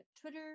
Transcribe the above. Twitter